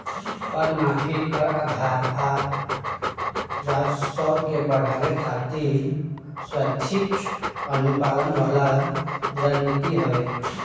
कर माफी, कर आधार आ राजस्व के बढ़ावे खातिर स्वैक्षिक अनुपालन वाला रणनीति हवे